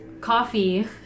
coffee